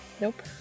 Nope